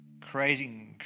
crazy